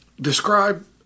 describe